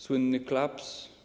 Słynny klaps.